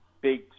big